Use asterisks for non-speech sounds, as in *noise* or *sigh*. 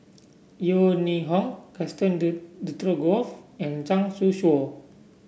Yeo Ning Hong Gaston *unintelligible* Dutronquoy and Zhang Youshuo